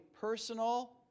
personal